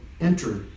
enter